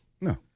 No